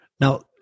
Now